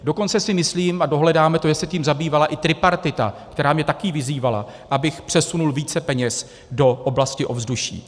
Dokonce si myslím, a dohledáme to, že se tím zabývala i tripartita, která mě taky vyzývala, abych přesunul více peněz do oblasti ovzduší.